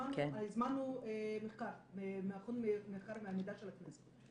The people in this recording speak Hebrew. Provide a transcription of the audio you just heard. הזמנו מחקר ממרכז המחקר והמידע של הכנסת.